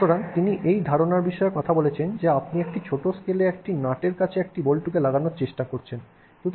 সুতরাং তিনি এই ধারণার বিষয়ে কথা বলেছেন যে আপনি একটি ছোট স্কেলে একটি নাটের কাছে একটি বল্টুকে লাগানোর চেষ্টা করছেন